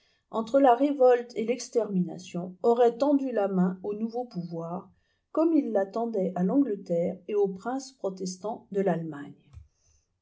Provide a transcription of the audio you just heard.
entre la révolte et l'extermination auraient tendu la main au nouveau pouvoir comme ils la tendaient à l'angleterre et aux princes protestants de l'allemagne